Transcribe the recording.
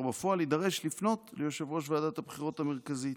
בפועל יידרש לפנות ליושב-ראש ועדת הבחירות המרכזית,